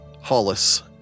Hollis